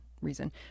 reason